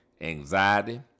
anxiety